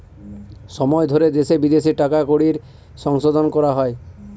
সময় ধরে দেশে বিদেশে টাকা কড়ির সংশোধন করা হয়